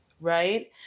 right